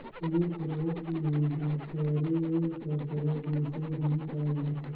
मुख रूप मे दँतरी कर परियोग मिसई घनी करल जाथे